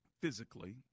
physically